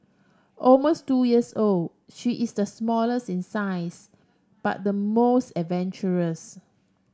almost two years old she is the smallest in size but the most adventurous